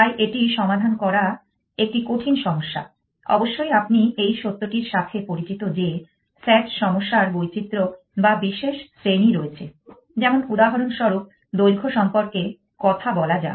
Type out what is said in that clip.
তাই এটি সমাধান করা একটি কঠিন সমস্যা অবশ্যই আপনি এই সত্যটির সাথে পরিচিত যে SAT সমস্যার বৈচিত্র্য বা বিশেষ শ্রেণী রয়েছে যেমন উদাহরণস্বরূপ দৈর্ঘ্য সম্পর্কে কথা বলা যাক